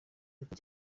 gato